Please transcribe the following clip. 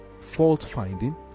fault-finding